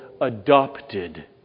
adopted